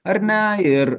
ar ne ir